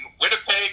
Winnipeg